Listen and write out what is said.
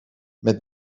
met